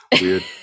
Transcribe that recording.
weird